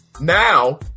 Now